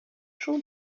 шул